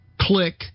Click